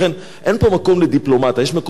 יש מקומות שצריך לשים את הדברים על השולחן.